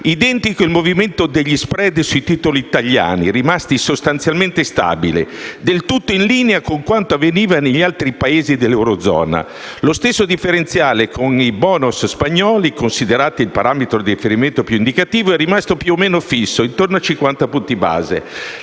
Identico il movimento degli *spread* sui titoli italiani: rimasti sostanzialmente stabili, del tutto in linea con quanto avveniva negli altri Paesi dell'Eurozona. Lo stesso differenziale con i *bono* spagnoli - considerati il parametro di riferimento più indicativo - è rimasto più o meno fisso: intorno ai 50 punti base.